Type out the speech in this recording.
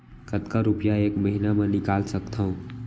कतका रुपिया एक महीना म निकाल सकथव?